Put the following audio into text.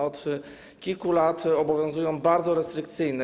Od kilku lat obowiązują bardzo restrykcyjne.